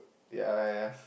ya